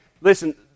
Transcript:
Listen